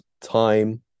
time